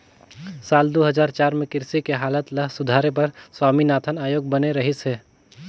साल दू हजार चार में कृषि के हालत ल सुधारे बर स्वामीनाथन आयोग बने रहिस हे